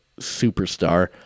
superstar